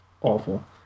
awful